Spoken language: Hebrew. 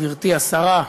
גברתי השרה,